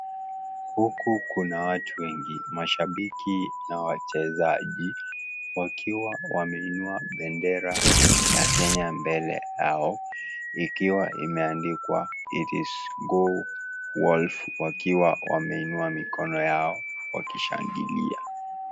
Huku kuna watu wengi mashabiki na wachezaji, wakiwa wameinua bendera ya Kenya mbele yao ikiwa imeandikwa its Go Wolf . Wakiwa wameinua mikono yao wakishangilia.